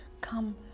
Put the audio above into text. come